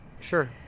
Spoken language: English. Sure